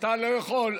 אתה לא יכול.